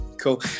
Cool